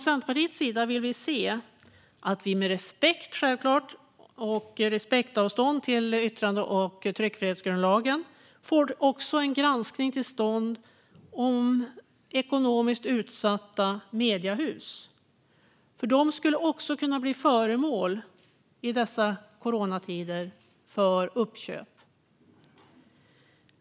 Centerpartiet vill se att vi med respektavstånd till yttrandefrihetsgrundlagen och tryckfrihetsförordningen även får en granskning till stånd av ekonomiskt utsatta mediehus. De skulle också i dessa coronatider kunna bli föremål för uppköp.